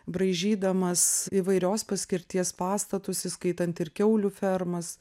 braižydamas įvairios paskirties pastatus įskaitant ir kiaulių fermas